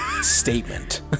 statement